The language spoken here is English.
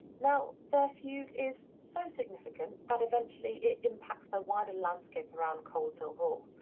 now, their feud is so significant that eventually it impacted the wider landscape around coleshill hall.